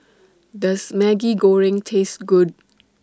Does Maggi Goreng Taste Good